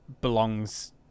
belongs